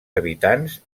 habitants